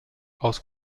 aus